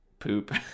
poop